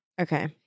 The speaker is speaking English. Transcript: Okay